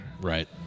Right